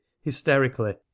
hysterically